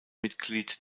mitglied